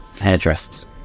Hairdressers